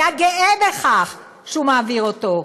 והיה גאה בכך שהוא מעביר אותה?